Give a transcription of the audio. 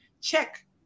check